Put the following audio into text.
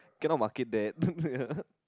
cannot market that